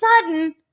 sudden